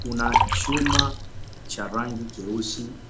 Kuna chuma cha rangi kieusi,